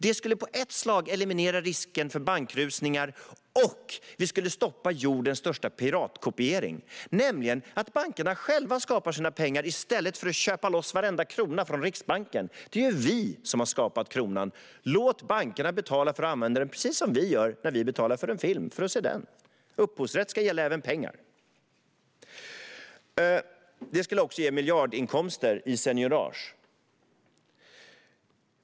Det skulle i ett slag eliminera risken för bankrusningar, och vi skulle stoppa jordens största piratkopiering. Bankerna skapar nämligen själva sina pengar i stället för att köpa loss varenda krona från Riksbanken. Det är ju vi som har skapat kronan. Låt bankerna betala för att använda den, precis som vi gör när vi betalar för att se en film. Upphovsrätt ska gälla även pengar. Det skulle också ge miljardinkomster i seignorage.